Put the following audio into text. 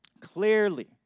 clearly